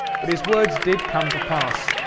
but his words did come to pass.